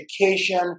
education